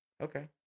Okay